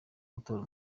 gutora